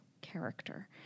character